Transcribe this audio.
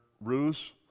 ruse